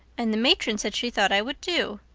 and the matron said she thought i would do.